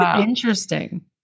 Interesting